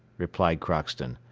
replied crockston,